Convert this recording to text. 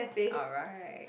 alright